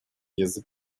язык